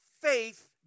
faith